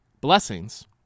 blessings